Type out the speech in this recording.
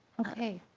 okay.